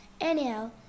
Anyhow